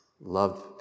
loved